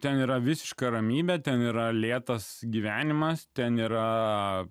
ten yra visiška ramybė ten yra lėtas gyvenimas ten yra